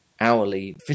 hourly